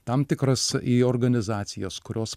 tam tikras į organizacijas kurios